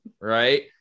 right